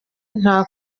nta